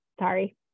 Sorry